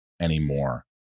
anymore